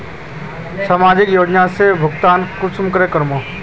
समाजिक योजना से भुगतान कुंसम होबे?